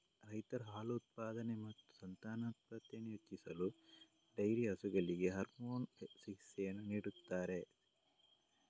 ರೈತರು ಹಾಲು ಉತ್ಪಾದನೆ ಮತ್ತು ಸಂತಾನೋತ್ಪತ್ತಿಯನ್ನು ಹೆಚ್ಚಿಸಲು ಡೈರಿ ಹಸುಗಳಿಗೆ ಹಾರ್ಮೋನ್ ಚಿಕಿತ್ಸೆಯನ್ನು ನೀಡುತ್ತಾರೆ